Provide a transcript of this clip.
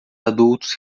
adultos